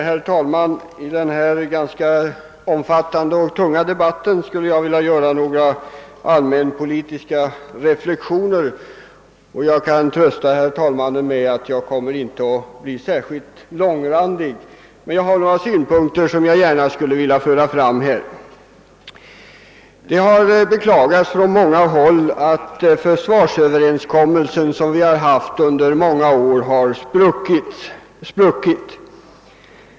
Herr talman! I denna ganska omfattande och tunga debatt skulle jag vilja göra några allmänpolitiska reflexioner. Jag kan trösta herr talmannen med att jag inte kommer att bli särskilt långrandig, men jag har några synpunkter som jag gärna skulle vilja föra fram. Från många håll har beklagats att den försvarsöverenskommelse som vi haft under många år spruckit.